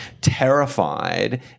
terrified